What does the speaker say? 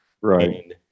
Right